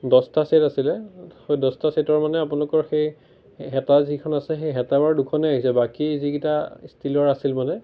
দহটা চেট আছিলে সেই দহটা চেটৰ মানে আপোনালোকৰ সেই হেতা যিখন আছে সেই হেতাৰৰ দুখনেই আহিছে বাকী যিগিটা ষ্টীলৰ আছিল মানে